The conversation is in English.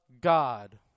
God